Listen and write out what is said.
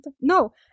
no